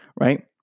right